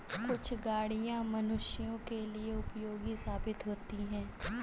कुछ गाड़ियां मनुष्यों के लिए उपयोगी साबित होती हैं